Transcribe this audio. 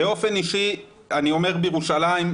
באופן אישי אני אומר בירושלים,